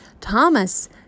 Thomas